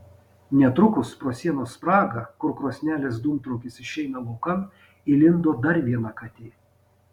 netrukus pro sienos spragą kur krosnelės dūmtraukis išeina laukan įlindo dar viena katė